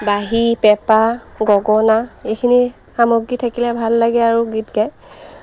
বাঁহী পেঁপা গগনা এইখিনি সামগ্ৰী থাকিলে ভাল লাগে আৰু গীত গাই